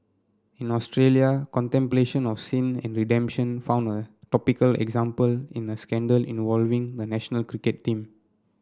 in Australia contemplation of sin and redemption found a topical example in a scandal involving the national cricket team